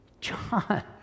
John